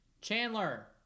Chandler